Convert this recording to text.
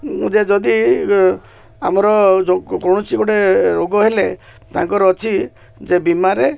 ଯେ ଯଦି ଆମର କୌଣସି ଗୋଟେ ରୋଗ ହେଲେ ତାଙ୍କର ଅଛି ଯେ ବୀମାରେ